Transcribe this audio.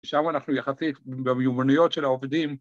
‫שם אנחנו יחסית ‫במיומנויות של העובדים.